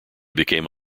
became